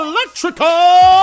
Electrical